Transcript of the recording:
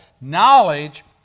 Knowledge